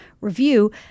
Review